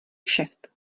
kšeft